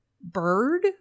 bird